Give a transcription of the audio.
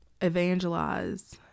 evangelize